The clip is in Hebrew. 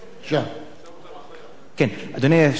אדוני היושב-ראש,